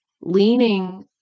leaning